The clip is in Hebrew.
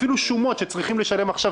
אפילו שומות שצריכים לשלם עכשיו,